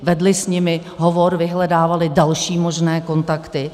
Vedli s nimi hovor, vyhledávali další možné kontakty.